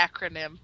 acronym